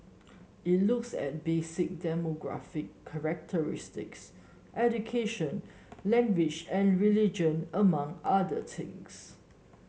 it looks at basic demographic characteristics education language and religion among other things